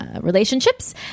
Relationships